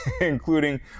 including